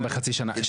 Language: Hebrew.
ולכן נעקוב אחריו,